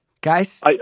guys